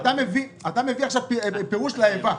אתה מביא עכשיו פירוש ל"איבה".